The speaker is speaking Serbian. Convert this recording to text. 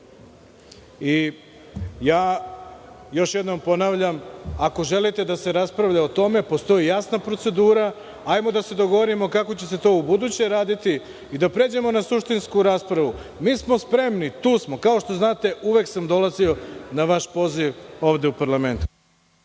Još jednom ponavljam, ako želite da se raspravlja o tome, postoji jasna procedura, hajde da se dogovorimo kako će se to ubuduće raditi i da pređemo na suštinsku raspravu. Mi smo spremni. Tu smo. Kao što znate, uvek sam dolazio na vaš poziv ovde u parlament.